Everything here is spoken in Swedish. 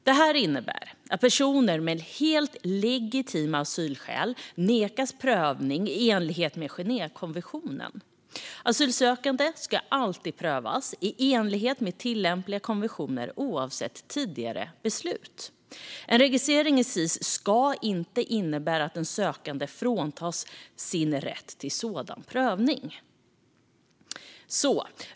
Detta innebär att personer med helt legitima asylskäl nekas prövning i enlighet med Genèvekonventionen. Asylansökningar ska alltid prövas i enlighet med tillämpliga konventioner oavsett tidigare beslut. En registrering i SIS ska inte innebära att den sökande fråntas sin rätt till sådan prövning.